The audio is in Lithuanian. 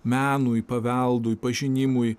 menui paveldui pažinimui